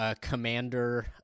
commander